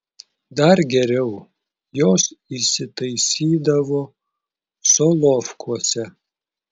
dar geriau jos įsitaisydavo solovkuose